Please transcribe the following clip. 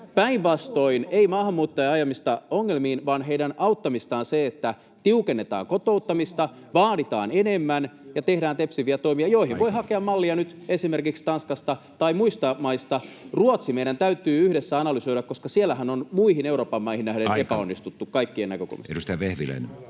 ei ole maahanmuuttajien ajamista ongelmiin vaan päinvastoin heidän auttamistaan se, että tiukennetaan kotouttamista, vaaditaan enemmän ja tehdään tepsiviä toimia, joihin voi hakea [Puhemies: Aika!] mallia nyt esimerkiksi Tanskasta tai muista maista. Ruotsi meidän täytyy yhdessä analysoida, koska siellähän on muihin Euroopan maihin nähden epäonnistuttu kaikkien näkökulmasta.